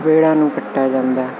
ਪੇੜਾਂ ਨੂੰ ਕੱਟਿਆ ਜਾਂਦਾ